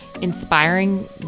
inspiring